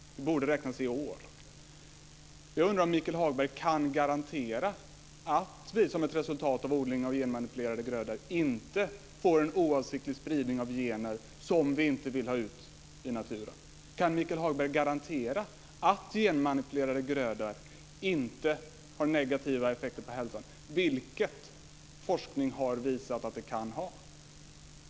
Den borde räknas i år. Jag undrar om Michael Hagberg kan garantera att vi som ett resultat av odling av genmanipulerade grödor inte får en oavsiktlig spridning av gener som vi inte vill ha ut i naturen. Kan Michael Hagberg garantera att genmanipulerade grödor inte har negativa effekter på hälsan, vilket forskning har visat att de kan ha?